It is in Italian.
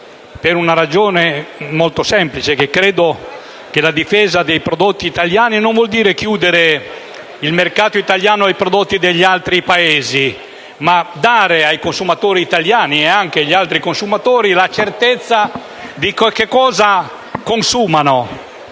per una ragione molto semplice. Credo che la difesa dei prodotti italiani non significhi chiudere il mercato italiano ai prodotti degli altri Paesi, ma significhi dare ai consumatori italiani e anche agli altri consumatori la certezza di quello che consumano,